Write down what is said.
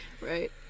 Right